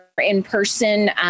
in-person